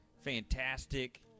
fantastic